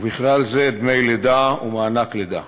ובכלל זה דמי לידה ומענק לידה,